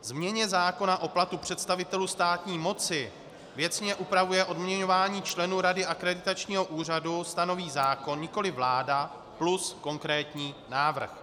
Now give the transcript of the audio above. Změně zákona o platu představitelů státní moci věcně upravuje odměňování členů Rady Akreditačního úřadu stanoví zákon, nikoli vláda, plus konkrétní návrh.